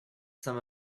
some